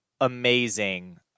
amazing